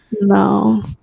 No